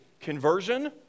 conversion